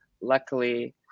Luckily